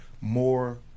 more